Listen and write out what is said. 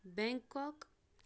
Bangkok